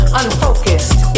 unfocused